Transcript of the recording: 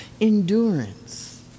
Endurance